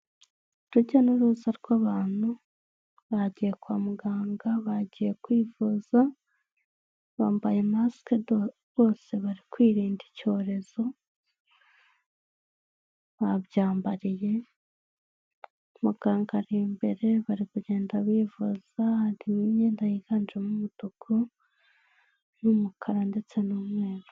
Urujya n'uruza rw'abantu bagiye kwa muganga, bagiye kwivuza bambaye masike bose bari kwirinda icyorezo babyambariye, muganga ari imbere bari kugenda bivuza hari imyenda yiganjemo umutuku n'umukara ndetse n'umweru.